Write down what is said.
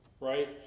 right